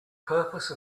purpose